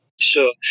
Sure